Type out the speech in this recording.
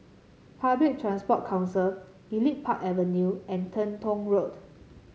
Public Transport Council Elite Park Avenue and Teng Tong Road